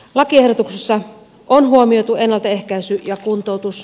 lakiehdotuksessa on huomioitu ennaltaehkäisy ja kuntoutus